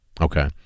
Okay